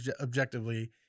objectively